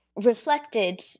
reflected